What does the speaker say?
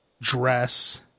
dress